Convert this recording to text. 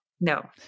no